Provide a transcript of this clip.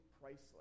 priceless